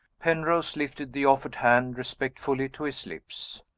penrose lifted the offered hand respectfully to his lips.